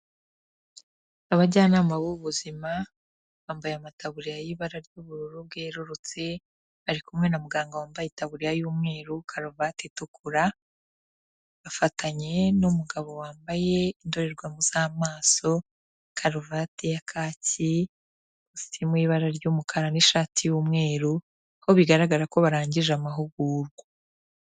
Abajyanama b'ubuzima bambaye amataburiya y'ibara ry'ubururu bwerurutse, bari kumwe na muganga wambaye itaburiya y'umweru, karuvati itukura, bafatanye n'umugabo wambaye indorerwamu z'amaso, karuvati ya kaki, kositimu y'ibara ry'umukara n'ishati y'umweru, ko bigaragara ko barangije amahugurwa.